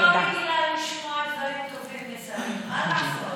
אני לא רגילה לשמוע דברים טובים משרים, מה לעשות?